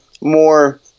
more –